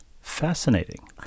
fascinating